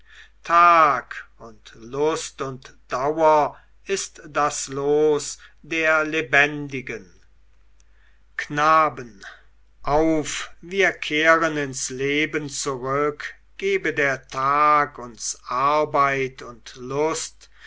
tag und lust und dauer ist das los der lebendigen knaben auf wir kehren ins leben zurück gebe der tag uns arbeit und lust